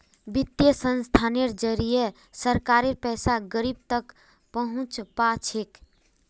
वित्तीय संस्थानेर जरिए सरकारेर पैसा गरीब तक पहुंच पा छेक